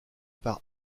par